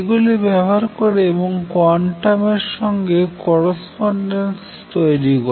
এগুলি ব্যবহার করে এবং কোয়ান্টাম এর সঙ্গে করস্পন্ডেন্স তৈরি করে